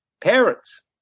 parents